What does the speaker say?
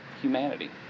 humanity